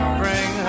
bring